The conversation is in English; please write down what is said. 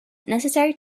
necessary